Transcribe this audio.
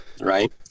right